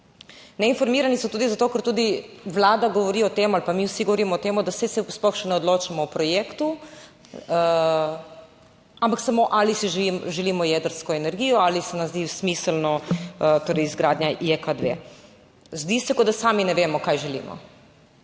Neinformirani so tudi zato, ker tudi vlada govori o tem ali pa mi vsi govorimo o tem, da saj se sploh še ne odločamo o projektu. ampak samo, ali si želimo jedrsko energijo ali se nam zdi smiselno. Torej, izgradnja Jek 2. Zdi se, kot da sami ne vemo, kaj želimo.